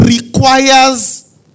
requires